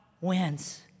wins